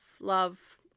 love